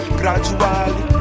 gradually